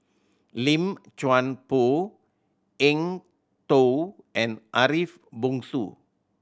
Lim Chuan Poh Eng Tow and Ariff Bongso